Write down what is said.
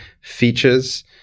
features